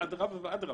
אדרבה ואדרבה.